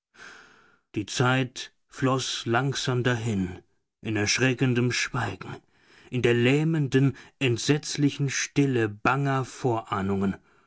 die zeit floß langsam dahin in erschreckendem schweigen in der lähmenden entsetzlichen stille banger vorahnungen